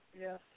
Yes